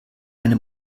eine